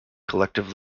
collective